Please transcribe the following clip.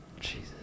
Jesus